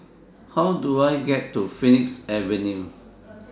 How Do I get to Phoenix Avenue